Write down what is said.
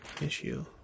issue